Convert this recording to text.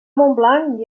montblanc